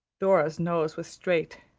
dora's nose was straight,